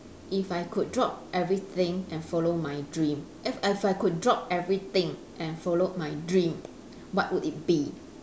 if I could drop everything and follow my dream if if I could drop everything and follow my dream what would it be